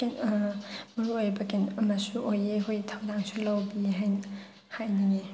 ꯃꯔꯨ ꯑꯣꯏꯕ ꯀꯩꯅꯣ ꯑꯃꯁꯨ ꯑꯣꯏꯌꯦ ꯍꯣꯏ ꯊꯧꯗꯥꯡꯁꯨ ꯂꯧꯕꯤ ꯍꯥꯏꯅ ꯍꯥꯏꯅꯤꯡꯉꯤ